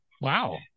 Wow